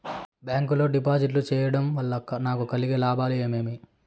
Bank లో డిపాజిట్లు సేయడం వల్ల నాకు కలిగే లాభాలు ఏమేమి?